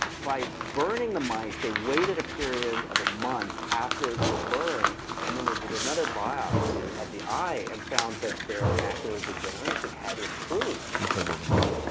by burning the mice they waited a period of a month after the burn and then they did another biopsy of the eye and found that their macular degeneration had improved because of the burn?